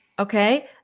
Okay